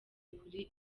kuri